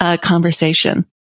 conversation